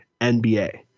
NBA